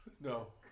No